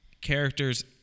characters